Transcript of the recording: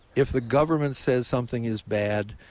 if the government says something is bad,